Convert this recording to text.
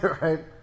Right